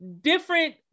different